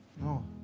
No